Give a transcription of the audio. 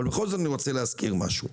אני רוצה להזכיר משהו.